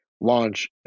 launch